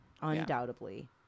undoubtedly